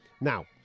Now